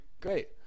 Great